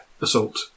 assault